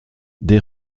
des